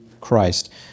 Christ